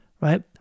right